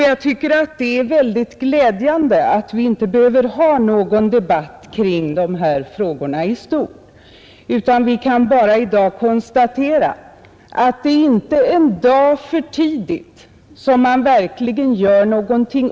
Jag tycker att det är väldigt glädjande att vi inte behöver ha någon debatt kring dessa frågor i stort utan att vi bara kan konstatera att det inte är en dag för tidigt att man verkligen gör någonting.